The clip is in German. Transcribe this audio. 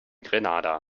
grenada